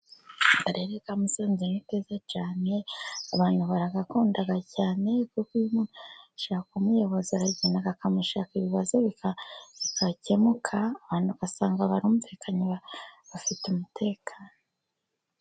Akarere ka Musanze ni keza cyane, abantu baragakunda cyane, kuko iyo umuntu ashaka umuyobozi, aragenda akamushaka ibibazo bigakemuka. Abantu usanga barumvikanye bafite umutekano.